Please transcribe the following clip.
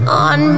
on